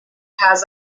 has